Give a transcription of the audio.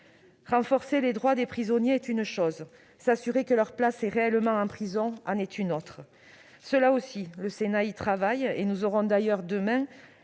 Renforcer les droits des prisonniers est une chose ; s'assurer que leur place est réellement en prison en est une autre. Le Sénat y travaille aussi, et nous aurons d'ailleurs demain